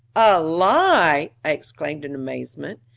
a lie! i exclaimed in amazement.